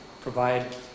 provide